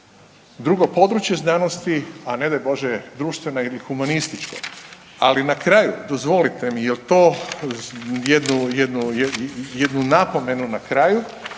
drugo područje znanosti a ne daj bože društvene ili humanističke. Ali na kraju dozvolite mi jednu napomenu na kraju